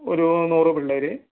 ഒരു നൂറ് പിള്ളേര്